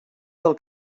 del